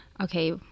okay